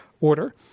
order